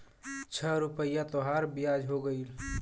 छह रुपइया तोहार बियाज हो गएल